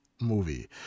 movie